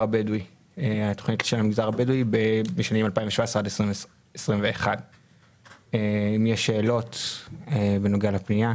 הבדואי בשנים 2017 עד 2021. אם יש שאלות בנוגע לפנייה,